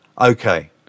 okay